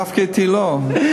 דווקא אתי לא.